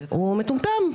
הוא מטומטם.